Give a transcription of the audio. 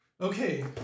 Okay